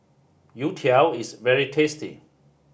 Youtiao is very tasty